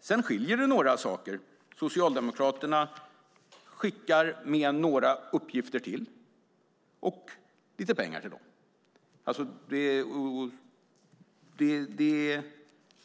Sedan skiljer det sig på några saker. Socialdemokraterna skickar med några uppgifter till och lite pengar till dem.